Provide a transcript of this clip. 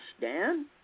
Dan